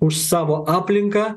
už savo aplinką